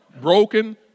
broken